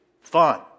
fun